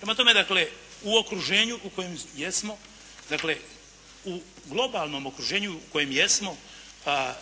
Prema tome, dakle u okruženju u kojem jesmo, u globalnom okruženju u kojem jesmo